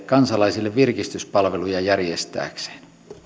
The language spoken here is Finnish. kansalaisille virkistyspalveluja järjestääkseen